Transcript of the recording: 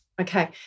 okay